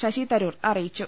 ശശിതരൂർ അറിയിച്ചു